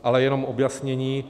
Ale jenom objasnění.